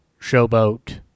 Showboat